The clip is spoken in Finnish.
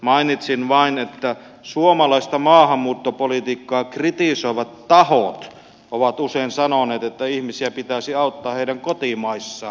mainitsin vain että suomalaista maahanmuuttopolitiikkaa kritisoivat tahot ovat usein sanoneet että ihmisiä pitäisi auttaa heidän kotimaissaan